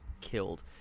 killed